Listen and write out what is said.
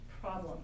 problem